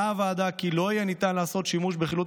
הוועדה קבעה כי לא יהיה ניתן לעשות שימוש בחילוט